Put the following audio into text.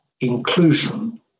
inclusion